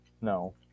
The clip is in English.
no